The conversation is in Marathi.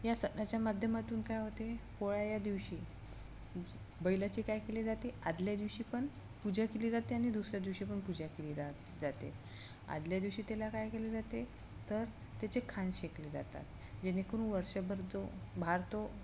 या सणाच्या माध्यमातून काय होते पोळा या दिवशी बैलाची काय केली जाते आदल्या दिवशी पण पूजा केली जाते आणि दुसऱ्या दिवशी पण पूजा केली ज जाते आदल्या दिवशी त्याला काय केली जाते तर त्याचे खांदे शेकले जातात जेणेकरून वर्षभर जो भार तो